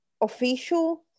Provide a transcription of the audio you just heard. official